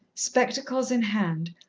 spectacles in hand,